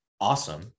awesome